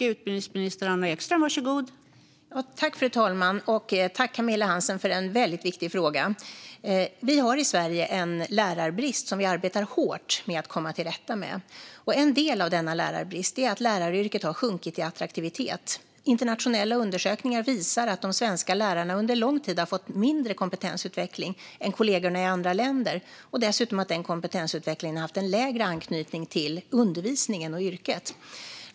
Fru talman! Tack, Camilla Hansén, för en väldigt viktig fråga! Sverige har en lärarbrist som vi arbetar hårt med att komma till rätta med. En del av denna lärarbrist är att läraryrket har sjunkit i attraktivitet. Internationella undersökningar visar att de svenska lärarna under lång tid har fått mindre kompetensutveckling än kollegorna i andra länder och att den kompetensutvecklingen dessutom har haft en lägre anknytning till undervisningen och yrket.